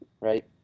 right